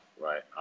right